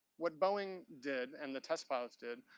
what boeing did, and the test pilots did,